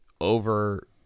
over